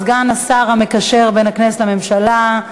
סגן השר המקשר בין הכנסת לממשלה,